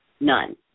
None